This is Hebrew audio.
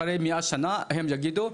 אחרי מאה שנה יגידו,